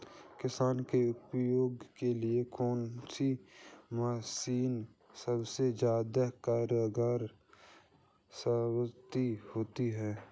किसान के उपयोग के लिए कौन सी मशीन सबसे ज्यादा कारगर साबित होती है?